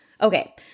Okay